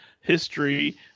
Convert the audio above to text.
history